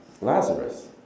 Lazarus